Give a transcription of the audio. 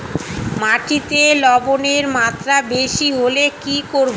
মাটিতে লবণের মাত্রা বেশি হলে কি করব?